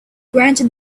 granted